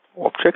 object